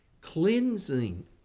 Cleansing